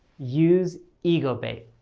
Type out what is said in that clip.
use ego bait.